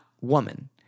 woman